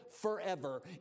forever